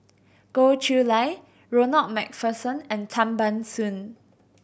Goh Chiew Lye Ronald Macpherson and Tan Ban Soon